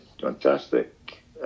Fantastic